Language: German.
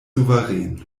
souverän